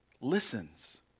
listens